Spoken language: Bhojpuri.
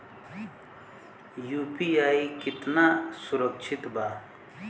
यू.पी.आई कितना सुरक्षित बा?